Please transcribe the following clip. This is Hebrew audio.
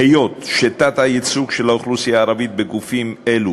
היות שהתת-ייצוג של האוכלוסייה הערבית בגופים אלה